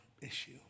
issue